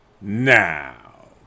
now